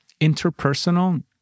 Interpersonal